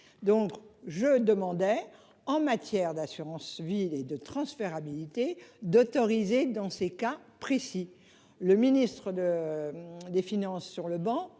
donc je demandais en matière d'assurance vie et de transférabilité d'autoriser dans ces cas précis, le ministre de. Des finances sur le banc,